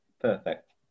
perfect